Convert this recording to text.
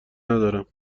ندارم